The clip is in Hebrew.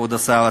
כבוד השר,